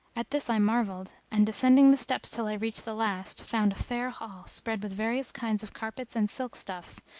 at this i marvelled and, descending the steps till i reached the last, found a fair hall, spread with various kinds of carpets and silk stuffs,